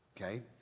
Okay